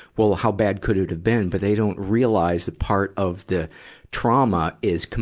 well, how bad could it have been? but they don't realize that part of the trauma is com,